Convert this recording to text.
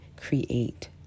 create